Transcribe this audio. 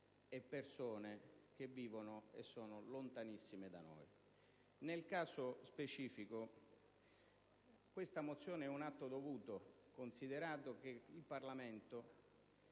e persone che sono lontanissime da noi. Nel caso specifico, questa mozione è un atto dovuto, considerato che il Parlamento,